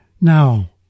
Now